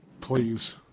Please